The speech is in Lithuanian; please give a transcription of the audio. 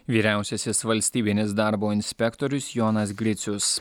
vyriausiasis valstybinis darbo inspektorius jonas gricius